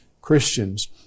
Christians